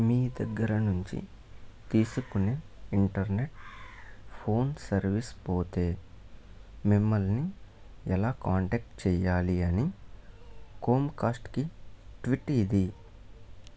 మీ దగ్గర నుంచి తీసుకునే ఇంటర్నెట్ ఫోన్ సర్వీస్ పోతే మిమల్ని ఎలా కాంటాక్ట్ చెయ్యాలి అని కోమ్కాస్ట్కి ట్వీట్ ఇది